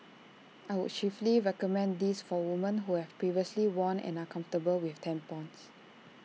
I would chiefly recommend this for women who have previously worn and are comfortable with tampons